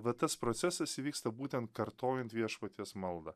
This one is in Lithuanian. va tas procesas įvyksta būtent kartojant viešpaties maldą